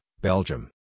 Belgium